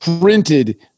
printed